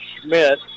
Schmidt